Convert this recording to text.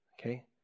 okay